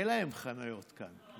אין להם חניות כאן,